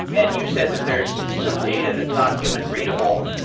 and you said that there is some data that's not human readable,